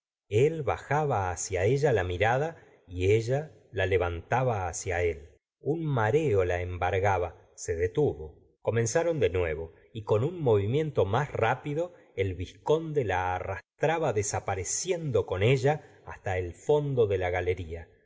él bajaba hacia ella la mirada y ella la levantaba hacia él un mareo la embargaba se detuvo comenzaron de nuevo y con un movimiento más rápido el vizconde la arrastrrba desapareciendo con ella hasta el fondo de la galería